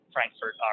Frankfurt